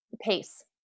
pace